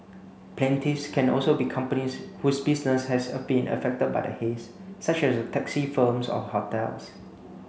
plaintiffs can also be companies whose business has been affected by the haze such as taxi firms or hotels